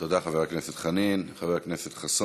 תודה, חבר הכנסת חנין.